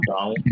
down